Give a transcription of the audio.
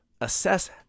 assess